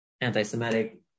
anti-Semitic